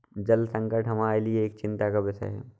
जल संकट हमारे लिए एक चिंता का विषय है